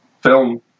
film